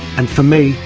and for me,